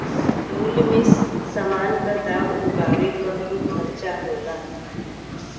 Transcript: मूल्य मे समान क दाम उगावे क कुल खर्चा होला